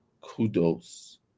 kudos